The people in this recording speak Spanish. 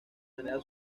manera